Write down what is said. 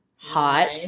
hot